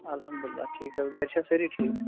اَلحمدُاللہ ٹھیٖک حظ گَرِ چھا سٲری ٹھیٖک